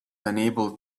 unable